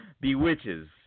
bewitches